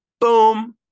Boom